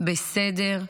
בסדר?